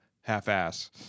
half-ass